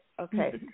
Okay